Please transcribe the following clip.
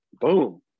Boom